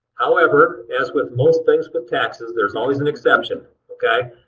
however, as with most things with taxes, there's always an exception. okay?